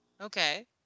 Okay